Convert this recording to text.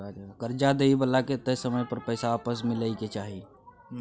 कर्जा दइ बला के तय समय पर पैसा आपस मिलइ के चाही